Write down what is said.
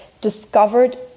discovered